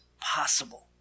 possible